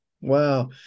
Wow